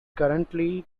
currently